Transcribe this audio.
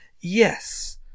Yes